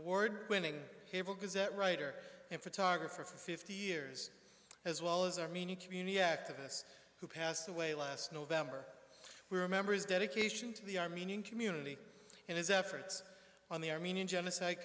award winning cable gazette writer and photographer for fifty years as well as armenian community activists who passed away last november we remember his dedication to the armenian community and his efforts on the armenian genocide